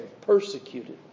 Persecuted